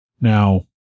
Now